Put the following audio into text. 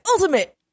Ultimate